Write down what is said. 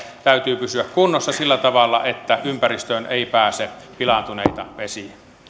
täytyy pysyä kunnossa sillä tavalla että ympäristöön ei pääse pilaantuneita vesiä